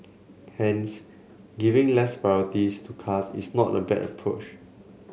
hence giving less priorities to cars is not a bad push